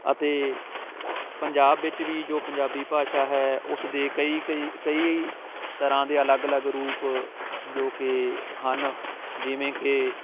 ਅਤੇ ਪੰਜਾਬ ਵਿੱਚ ਵੀ ਜੋ ਪੰਜਾਬੀ ਭਾਸ਼ਾ ਹੈ ਉਸ ਦੇ ਕਈ ਕਈ ਕਈ ਤਰ੍ਹਾਂ ਦੇ ਅਲੱਗ ਅਲੱਗ ਰੂਪ ਜੋ ਕਿ ਹਨ ਜਿਵੇਂ ਕਿ